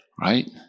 right